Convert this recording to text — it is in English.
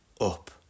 up